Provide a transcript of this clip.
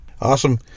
Awesome